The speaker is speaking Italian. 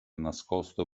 nascosto